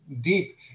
deep